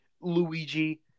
Luigi